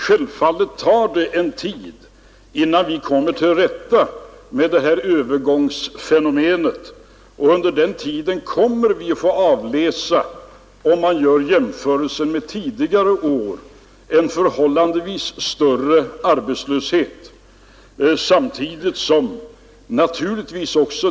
Självfallet tar det en tid innan vi kommer till rätta med det här övergångsfenomenet. Under den tiden kommer vi att få avläsa, om man gör jämförelser med tidigare år, en förhållandevis större arbetslöshet.